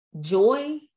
joy